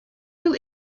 who